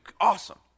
awesome